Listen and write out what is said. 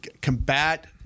combat